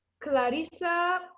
Clarissa